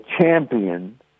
champion